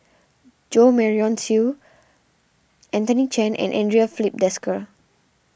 Jo Marion Seow Anthony Chen and andre Filipe Desker